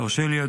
תרשה לי,